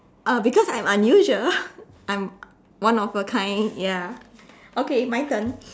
uh because I am unusual I am one of a kind ya okay my turn